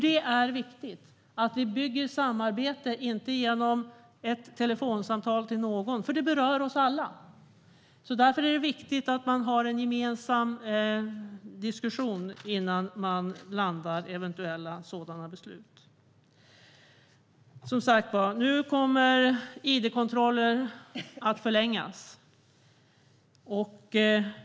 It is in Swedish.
Det är viktigt att vi bygger samarbete, inte bara genom ett telefonsamtal till någon. Detta berör oss alla, och därför är det viktigt att man har en gemensam diskussion innan man landar i eventuella beslut. Som sagt, nu kommer id-kontrollerna att förlängas.